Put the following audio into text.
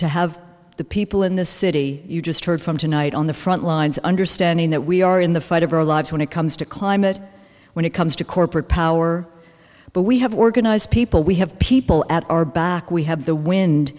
to have the people in the city you just heard from tonight on the front lines understanding that we are in the fight of our lives when it comes to climate when it comes to corporate power but we have organized people we have people at our back we have the wind